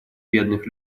бедных